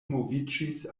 moviĝis